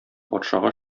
патшага